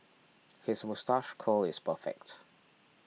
his curl is perfect